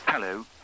Hello